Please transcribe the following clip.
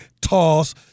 toss